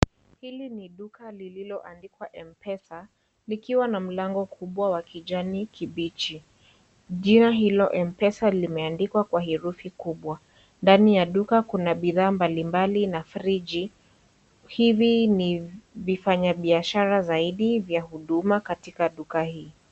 Hili ni duka lililoandikwa M-pesa, likiwa na mlango kubwa wa kijani kibichi. Jina hilo M-pesa limeandikwa kwa herufi kubwa. Ndani ya duka Kuna bidhaa mbalimbali na friji. Hivi ni vifanyabiashara zaidi vya huduma katika duka hii.